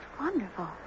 wonderful